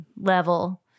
level